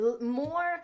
more